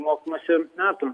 mokymosi metų